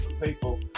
people